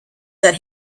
that